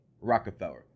Rockefeller